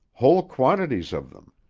whole quantities of them,